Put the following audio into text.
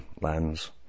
lands